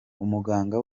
umuganga